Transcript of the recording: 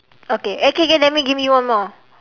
okay eh okay okay let me give you one more